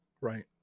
Right